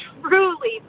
truly